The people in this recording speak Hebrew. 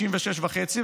66.5%,